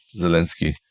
zelensky